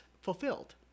fulfilled